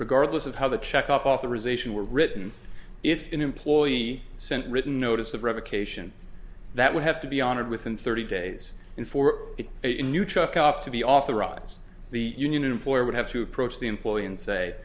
regardless of how the check authorization were written if an employee sent written notice of revocation that would have to be honored within thirty days in for a new truck up to be authorized the union employer would have to approach the employee and say